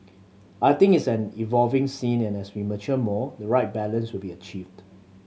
I think it's an evolving scene and as we mature more the right balance will be achieved